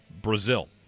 Brazil